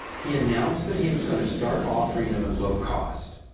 he announced, that he was going to start offering them at low cost.